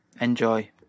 enjoy